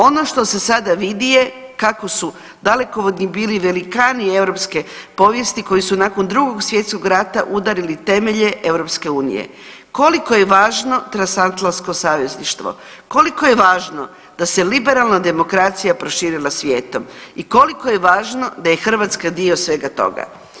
Ono što sada vidi je kako su dalekovidni bili velikani europske povijesti koji su nakon II. svjetskog rata udarili temelje EU koliko je važno transatlantsko savezništvo, koliko je važno da se liberalna demokracija proširila svijetom i koliko je važno da je Hrvatska dio svega toga.